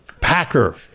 Packer